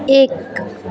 एक